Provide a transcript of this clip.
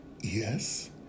yes